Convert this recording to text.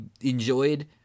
enjoyed